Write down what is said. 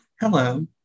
hello